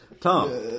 Tom